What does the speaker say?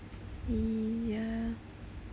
!ee! ya